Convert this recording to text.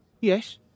Yes